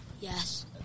Yes